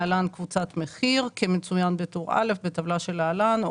להלן קבוצת מחיר כמצוין בטור א' בטבלה שלהלן,